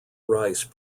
rice